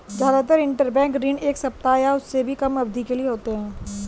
जादातर इन्टरबैंक ऋण एक सप्ताह या उससे भी कम अवधि के लिए होते हैं